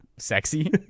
Sexy